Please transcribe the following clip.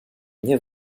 nie